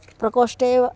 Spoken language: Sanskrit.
प्रकोष्ठे एव